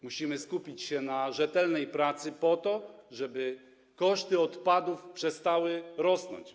Musimy skupić się na rzetelnej pracy po to, żeby koszty utylizacji odpadów przestały rosnąć.